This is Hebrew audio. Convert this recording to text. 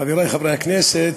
חברי חברי הכנסת,